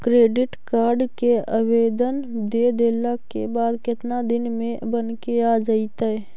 Credit card के आवेदन दे देला के बाद केतना दिन में बनके आ जइतै?